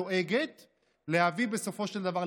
דואגת להביא בסופו של דבר,